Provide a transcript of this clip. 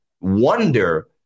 wonder